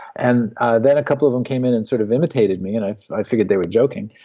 and ah then a couple of them came in and sort of imitated me, and i i figured they were joking,